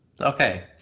okay